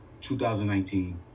2019